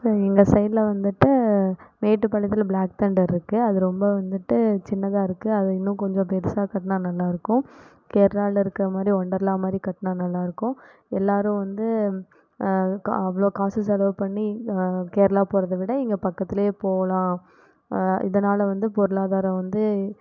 எங்கள் சைடில் வந்துட்டு மேட்டுபாளையத்தில் பிளாக் தெண்டர் இருக்குது அது ரொம்ப வந்துட்டு சின்னதாயிருக்கு அதை இன்னும் கொஞ்சம் பெருசாக கட்டினா நல்லாயிருக்கும் கேரளாவில் இருக்கிற மாதிரி ஒண்டர்லா மாதிரி கட்டினா நல்லாயிருக்கும் எல்லாேரும் வந்து அவ்வளோ காசு செலவு பண்ணி கேரளா போகிறத விட இங்கே பக்கத்துலேயே போகலாம் இதனால் வந்து பொருளாதாரம் வந்து